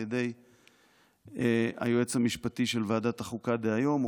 על ידי היועץ המשפטי של ועדת החוקה דהיום,